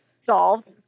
solved